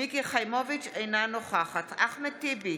אינה נוכחת אחמד טיבי,